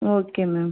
okay ma'am